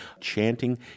Chanting